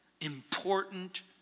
important